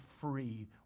free